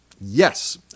Yes